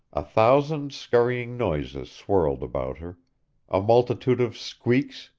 a thousand scurrying noises swirled about her a multitude of squeaks,